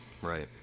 Right